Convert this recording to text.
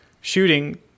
shooting